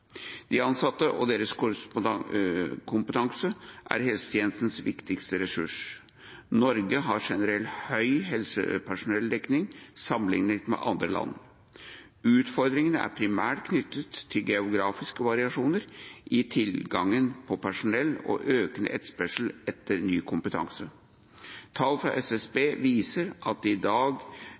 De ansatte og deres kompetanse er helsetjenestens viktigste ressurs. Norge har generelt høy helsepersonelldekning sammenliknet med andre land. Utfordringene er primært knyttet til geografiske variasjoner i tilgangen på personell og økende etterspørsel etter ny kompetanse. Tall fra SSB viser at det i dag